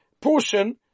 portion